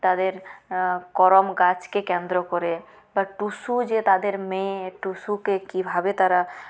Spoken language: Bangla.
তাদের করম গাছকে কেন্দ্র করে বা টুসু যে তাদের মেয়ে টুসুকে কীভাবে তারা